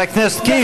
חבר הכנסת קיש,